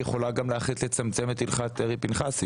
יכולה גם להחליט לצמצם את הלכת דרעי-פנחסי,